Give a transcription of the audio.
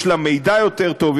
יש לה מידע יותר טוב,